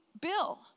Bill